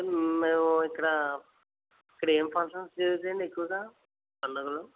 మేమూ ఇక్కడ ఇక్కడేం ఫంక్షన్స్ జరుగుతాయండి ఎక్కువగా పండగలు